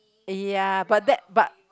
ya but that but